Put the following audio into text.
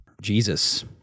Jesus